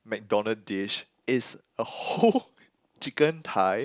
McDonald's dish is a whole chicken thigh